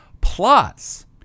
plus